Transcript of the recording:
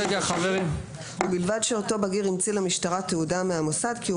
בגיר ובלבד שאותו בגיר המציא למשטרה תעודה מהמוסד כי הוא